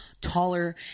taller